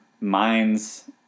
minds